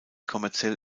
kommerziell